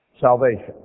Salvation